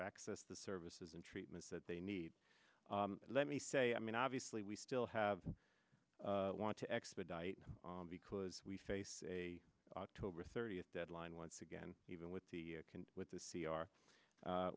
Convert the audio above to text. access the services and treatments that they need let me say i mean obviously we still have want to expedite because we face a october thirtieth deadline once again even with the with the c r